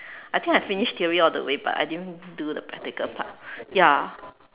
I think I finished theory all the way but I didn't do the practical part ya